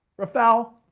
rafal,